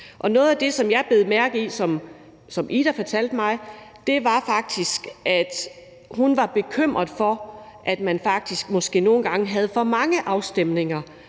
Noget af det, som jeg bed mærke i i det, som Ida fortalte mig, var, at hun var bekymret for, at man måske nogle gange havde for mange folkeafstemninger